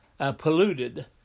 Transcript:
polluted